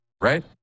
right